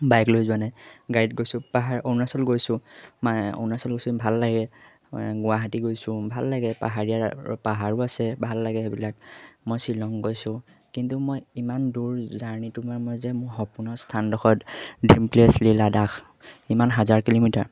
bike লৈ যোৱা নাই গাড়ীত গৈছোঁ পাহাৰ অৰুণাচল গৈছোঁ মই অৰুণাচল গৈছোঁ ভাল লাগে গুৱাহাটী গৈছোঁ ভাল লাগে পাহাৰীয়া পাহাৰো আছে ভাল লাগে সেইবিলাক মই শ্বিলং গৈছোঁ কিন্তু মই ইমান দূৰ জাৰ্ণিটো মানে মই যে মোৰ সপোন স্থানডোখৰত ড্ৰিম প্লেচ লাডাখ ইমান হাজাৰ কিলোমিটাৰ